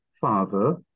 father